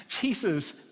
Jesus